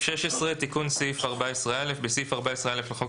תיקון סעיף 14א 16. בסעיף 14א לחוק